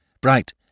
Bright